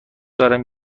دارم